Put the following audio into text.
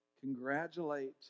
Congratulate